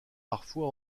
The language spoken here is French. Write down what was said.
parfois